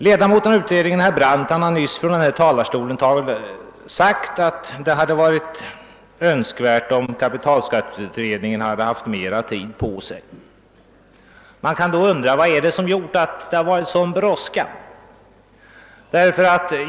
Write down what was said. Ledamoten av utredningen herr Brandt har nyss sagt att det hade varit önskvärt att kapitalskatteberedningen hade haft mer tid på sig. Vad är det då som gjort att det har varit sådan brådska?